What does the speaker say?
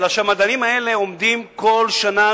אלא שהמדענים האלה עומדים כל שנה,